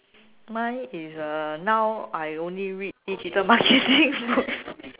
mine is uh now I only read digital marketing book